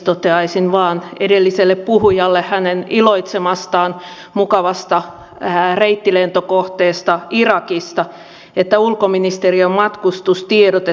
toteaisin vain edelliselle puhujalle hänen iloitsemastaan mukavasta reittilentokohteesta irakista että ulkoministeriön matkustustiedote toteaa